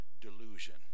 delusion